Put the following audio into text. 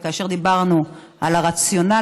וכאשר דיברנו על הרציונל,